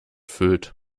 füllt